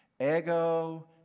ego